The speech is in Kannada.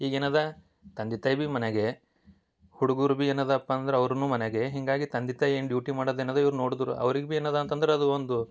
ಈಗ ಏನಿದೆ ತಂದೆ ತಾಯಿ ಬಿ ಮನೆಗೇ ಹುಡ್ಗರು ಬಿ ಏನಿದೆಪ್ಪ ಅಂದ್ರೆ ಅವ್ರೂ ಮನೆಗೆ ಹೀಗಾಗಿ ತಂದೆ ತಾಯಿ ಏನು ಡ್ಯೂಟಿ ಮಾಡೋದು ಏನಿದೆ ಇವ್ರು ನೋಡಿದ್ರ್ ಅವ್ರಿಗೆ ಬಿ ಏನಿದೆ ಅಂತಂದ್ರೆ ಅದು ಒಂದು